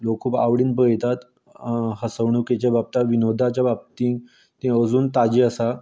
खूब आवडीन पळयतात हसवणूकेच्या बाबतींत विनोदाच्या बाबतींत तें अजून ताजें आसा